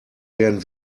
werden